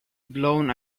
blown